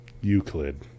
Euclid